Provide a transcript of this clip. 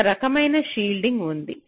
ఒక రకమైన షీల్డింగ్ ఉంది